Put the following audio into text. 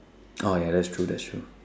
oh ya that's true that's true